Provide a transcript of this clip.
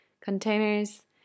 containers